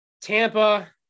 Tampa –